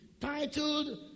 titled